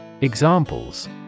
Examples